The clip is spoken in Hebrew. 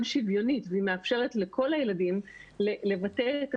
שוויונית והיא מאפשרת לכל הילדים לבטא את עצמם.